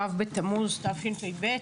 ו' בתמוז התשפ"ב.